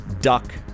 duck